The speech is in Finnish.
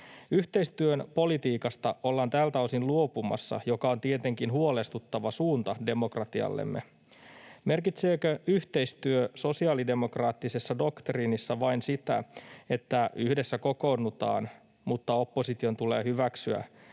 Yhteistyön politiikasta ollaan tältä osin luopumassa, mikä on tietenkin huolestuttava suunta demokratiallemme. Merkitseekö yhteistyö sosiaalidemokraattisessa doktriinissa vain sitä, että yhdessä kokoonnutaan mutta opposition tulee hyväksyä